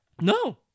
No